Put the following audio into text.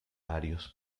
varios